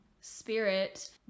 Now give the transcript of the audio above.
spirit